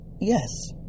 Yes